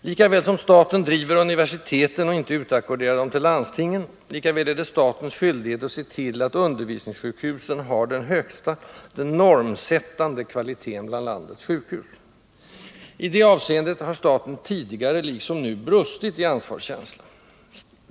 Lika väl som staten driver universiteten och inte utackorderar dem till landstingen, lika väl är det statens skyldighet att se till att undervisningssjukhusen har den högsta — den normsättande — kvaliteten bland landets sjukhus. I det avseendet har staten tidigare, liksom nu, brustit i ansvarskänsla.